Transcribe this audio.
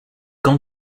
qu’en